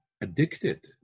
addicted